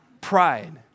Pride